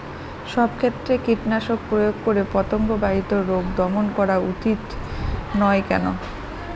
সব ক্ষেত্রে কীটনাশক প্রয়োগ করে পতঙ্গ বাহিত রোগ দমন করা উচিৎ নয় কেন?